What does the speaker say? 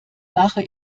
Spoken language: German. mache